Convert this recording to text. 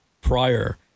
prior